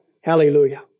Hallelujah